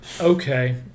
okay